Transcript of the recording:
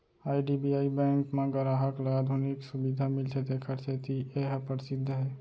IDBI bank म गराहक ल आधुनिक सुबिधा मिलथे तेखर सेती ए ह परसिद्ध हे